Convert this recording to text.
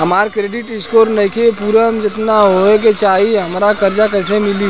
हमार credit score नईखे पूरत जेतना होए के चाही त हमरा कर्जा कैसे मिली?